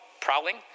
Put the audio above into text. prowling